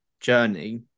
journey